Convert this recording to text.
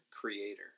creator